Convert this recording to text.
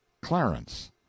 Clarence